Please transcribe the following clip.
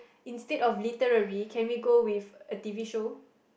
instead of literary can we go with a t_v show